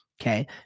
okay